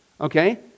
okay